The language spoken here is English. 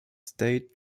state